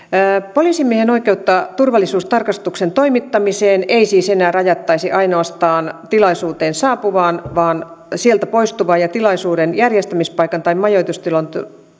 poliisimiehen oikeutta turvallisuustarkastuksen toimittamiseen ei siis enää rajattaisi ainoastaan tilaisuuteen saapuviin sieltä poistuviin ja tilaisuuden järjestämispaikan tai majoitustilojen